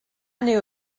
knew